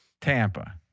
Tampa